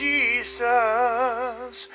Jesus